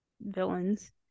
villains